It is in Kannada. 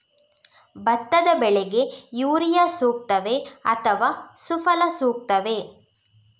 ಭತ್ತದ ಬೆಳೆಗೆ ಯೂರಿಯಾ ಸೂಕ್ತವೇ ಅಥವಾ ಸುಫಲ ಸೂಕ್ತವೇ?